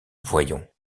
voyons